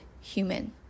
human